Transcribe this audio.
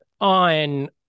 on